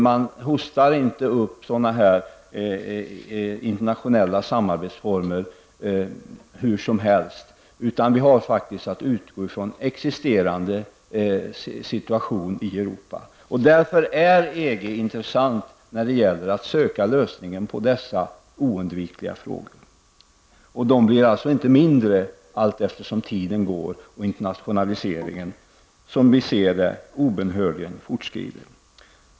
Man hostar inte upp sådana här internationella samarbetsformer hur som helst, utan vi måste utgå ifrån existerande situation i Europa. Därför är EG intressant när det gäller att söka lösningen på dessa oundvikliga frågor. De blir således inte mindre allteftersom tiden går och internationaliseringen, som vi ser det, obönhörligen fortskrider.